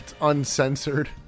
Uncensored